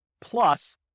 plus